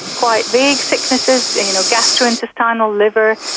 quite vague sicknesses, you know, gastrointestinal, liver,